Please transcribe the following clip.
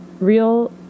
real